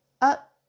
up